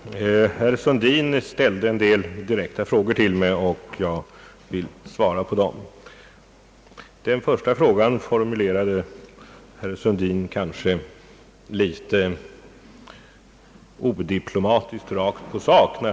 Herr talman! Herr Sundin ställde en del direkta frågor till mig, och jag vill svara på dem. Den första frågan formulerade herr Sundin kanske litet odiplomatiskt rakt på sak.